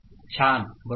छान बरोबर